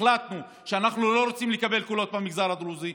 החלטנו שאנחנו לא רוצים לקבל קולות מהמגזר הדרוזי.